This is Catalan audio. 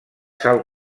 sal